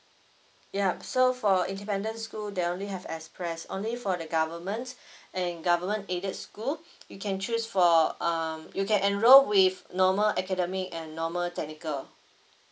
yup so for independent school they only have express only for the government and government aided school you can choose for um you can enrol with normal academic and normal technical